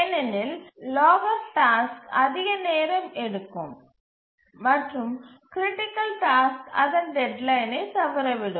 ஏனெனில் larger task அதிக நேரம் எடுக்கும் மற்றும் கிரிட்டிக்கல் டாஸ்க் அதன் டெட்லைனை தவற விடும்